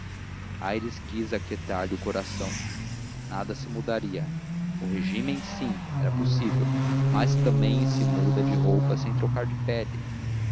aires quis aquietar lhe o coração nada se mudaria o regímen sim era possível mas também se muda de roupa sem trocar de pele